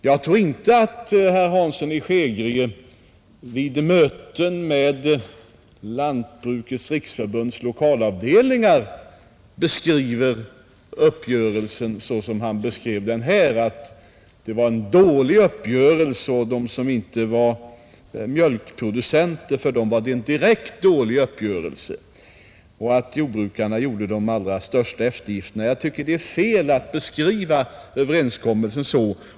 Jag tror inte att herr Hansson i Skegrie vid möten med Lantbrukarnas riksförbunds lokalavdelningar beskriver uppgörelsen så som han beskrev den här, att det var en direkt dålig uppgörelse för dem som inte var mjölkproducenter och att jordbrukarna gjorde de allra största eftergifterna. Jag tycker att det är fel att beskriva överenskommelsen så.